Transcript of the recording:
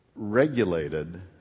regulated